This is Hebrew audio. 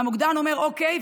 והמוקדן אומר: אוקיי,